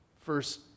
First